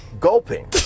gulping